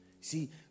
See